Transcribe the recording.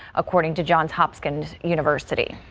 according to johns hopkins university.